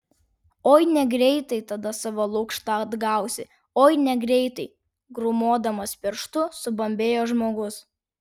oi negreitai tada savo lukštą atgausi oi negreitai grūmodamas pirštu subambėjo žmogus